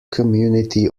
community